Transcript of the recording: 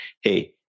hey